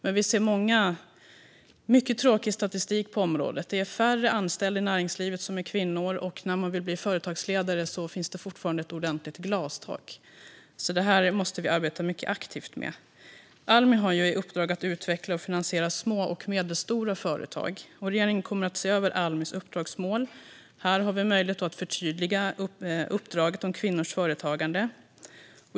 Men vi ser mycket tråkig statistik på området. Det är färre anställda i näringslivet som är kvinnor. Och när kvinnor vill bli företagsledare finns det fortfarande ett ordentligt glastak. Detta måste vi därför jobba mycket aktivt med. Almi har i uppdrag att utveckla och finansiera små och medelstora företag. Regeringen kommer att se över Almis uppdragsmål. Här har vi möjlighet att förtydliga uppdraget om kvinnors företagande.